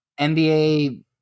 NBA